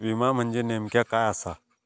विमा म्हणजे नेमक्या काय आसा?